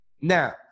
Now